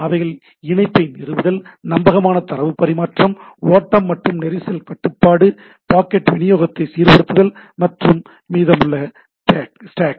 அவைகள் இணைப்பை நிறுவுதல் நம்பகமான தரவு பரிமாற்றம் ஓட்டம் மற்றும் நெரிசல் கட்டுப்பாடு பாக்கெட் விநியோகத்தை சீர்படுத்துதல் மற்றும் மீதமுள்ள ஸ்டேக்